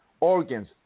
organs